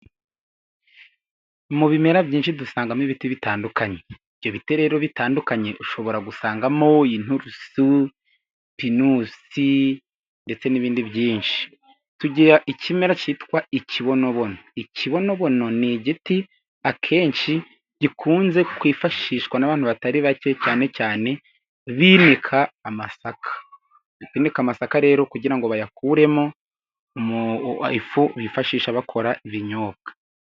Mu bimera byinshi dusangamo ibiti bitandukanye ibyo biti rero dushobora gusangamo: ininturusu, pinusi ndetse n'ibindi byinshi. Tugira ikimera cyitwa ikibonobono, ni igiti akenshi gikunze kwifashishwa n'abantu batari bake cyane cyane binika amasaka, binika amasaka rero kugira ngo bayakuremo ifu bifashisha bakora ibinyobwa.